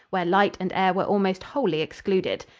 where light and air were almost wholly excluded.